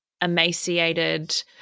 emaciated